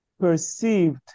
perceived